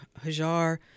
Hajar